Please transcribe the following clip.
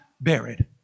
buried